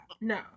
no